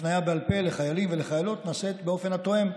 זה באמת מושמץ, מסכים איתך.